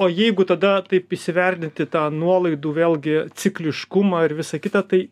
o jeigu tada taip įsivertinti tą nuolaidų vėlgi cikliškumą ir visa kita tai